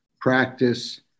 practice